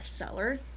bestseller